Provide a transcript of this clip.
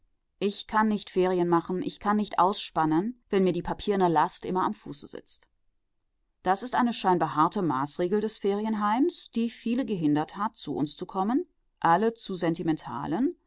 ich kann nicht ferien machen ich kann nicht ausspannen wenn mir die papierene last immer am fuß sitzt das ist eine scheinbar harte maßregel des ferienheims die viele gehindert hat zu uns zu kommen alle zu sentimentalen